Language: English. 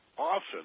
often